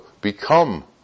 become